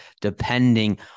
depending